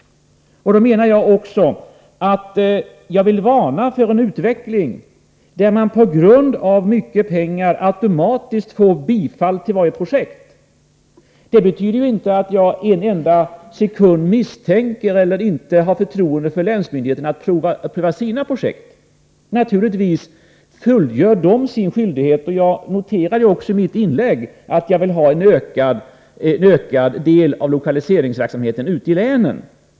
Då vill jag också varna för en utveckling där det på grund av att för mycket pengar står till förfogande automatiskt blir bifall till varje projekt. Det betyder inte att jag för en enda sekund hyser misstankar eller att jag inte har förtroende för länsmyndigheterna när det gäller deras möjligheter att pröva sina projekt. Naturligtvis fullgör de sina skyldigheter. Jag konstaterade ju också i mitt inlägg tidigare att jag vill ha en ökad andel av lokaliseringsverksamheten ute i länen.